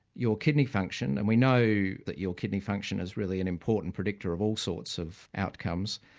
your kidney function, and we know that your kidney function is really an important predictor of all sorts of outcomes,